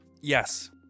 yes